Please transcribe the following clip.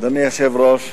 אדוני היושב-ראש,